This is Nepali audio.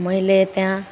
मैले त्यहाँ